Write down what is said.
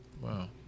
Wow